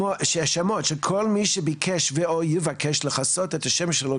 שהשמות של כל מי שביקש ו/או יבקש לכסות את השם שלו,